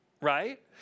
Right